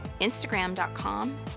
instagram.com